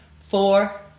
four